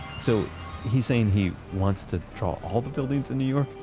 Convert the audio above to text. so he's saying he wants to draw all the buildings in new york?